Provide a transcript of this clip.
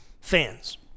fans